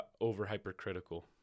over-hypercritical